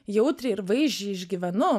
jautriai ir vaizdžiai išgyvenu